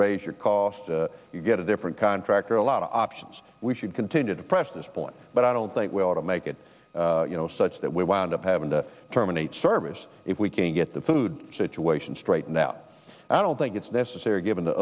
raise your costs you get a different contractor a lot of options we should continue to press this point but i don't think we ought to make it such that we wound up having to terminate service if we can get the food situation straight now and i don't think it's necessary given the